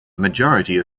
majority